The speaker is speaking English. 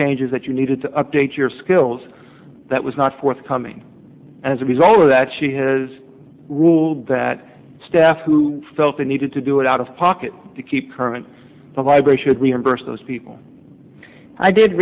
changes that you needed to update your skills that was not forthcoming as a result of that she has ruled that staff who felt they needed to do it out of pocket to keep current the vibration would reimburse those people i did